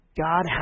God